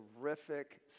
terrific